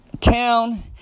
town